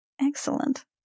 Excellent